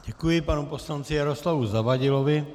Děkuji panu poslanci Jaroslavu Zavadilovi.